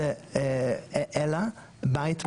אלא בית מאזן.